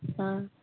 ꯑꯥ